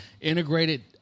Integrated